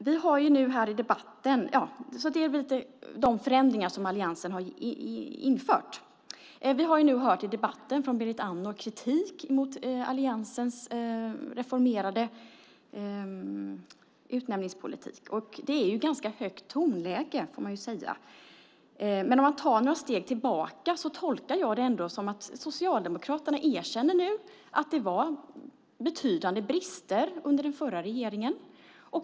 Det är de förändringar som alliansen har infört. Vi har hört i debatten från Berit Andnor kritik mot alliansens reformerade utnämningspolitik. Det är ett ganska högt tonläge, får man säga. Men jag tolkar det som att Socialdemokraterna erkänner att det var betydande brister under den förra regeringen.